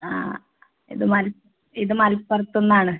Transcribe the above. ആ ഇത് മല ഇത് മലപ്പുറത്ത്ന്നാണ്